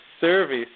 service